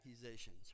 accusations